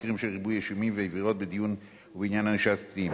מקרים של ריבוי אישומים ועבירות בדיון ובעניין ענישת קטינים.